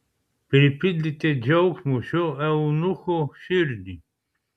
pripildėte džiaugsmo šio eunucho širdį